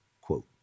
quote